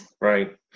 Right